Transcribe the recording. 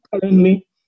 currently